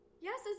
yes